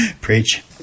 Preach